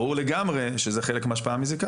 ברור לגמרי שזה חלק מההשפעה המזיקה.